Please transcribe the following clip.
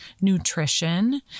nutrition